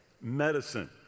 medicine